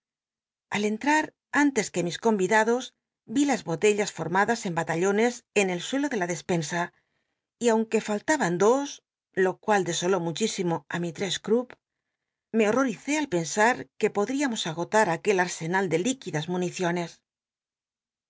al entrar antes c ue mis convidados vi las botellas formadas en batallones en el suelo de la despensa y aunque fallaban dos lo cual desoló muchísimo á misii'css crup me horrorice al pensar que podríamos agotar aquel arsenal de líquidas municio